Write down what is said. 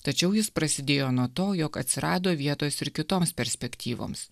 tačiau jis prasidėjo nuo to jog atsirado vietos ir kitoms perspektyvoms